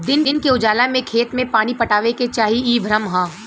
दिन के उजाला में खेत में पानी पटावे के चाही इ भ्रम ह